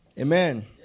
Amen